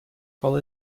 call